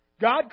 God